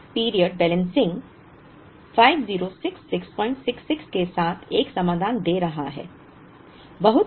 अब part period balancing 506666 के साथ एक समाधान दे रहा है